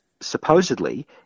supposedly